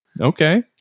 Okay